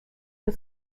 für